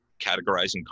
categorizing